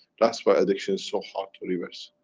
that's why addiction is so hard to reverse.